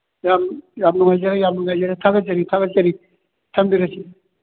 ꯌꯥꯝ ꯌꯥꯝ ꯅꯨꯡꯉꯥꯏꯖꯔꯦ ꯌꯥꯝ ꯅꯨꯡꯉꯥꯏꯖꯔꯦ ꯊꯥꯒꯠꯆꯔꯤ ꯊꯥꯒꯠꯆꯔꯤ ꯊꯝꯕꯤꯔꯁꯤ